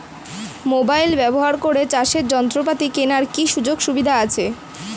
Mobile ব্যবহার করে চাষের যন্ত্রপাতি কেনার কি সুযোগ সুবিধা আছে?